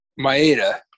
Maeda